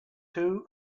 too